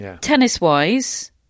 Tennis-wise